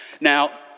Now